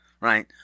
Right